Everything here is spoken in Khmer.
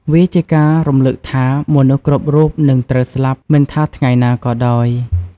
វាជាការរំលឹកថា មនុស្សគ្រប់រូបនឹងត្រូវស្លាប់មិនថាថ្ងៃណាក៏ដោយ។